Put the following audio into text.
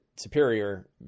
superior